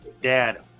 Dad